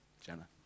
Jenna